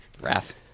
wrath